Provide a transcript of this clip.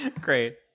great